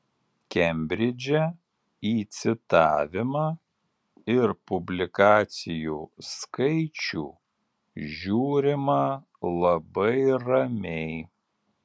kembridže į citavimą ir publikacijų skaičių žiūrima labai ramiai